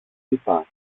είπα